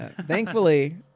Thankfully